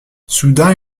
soudain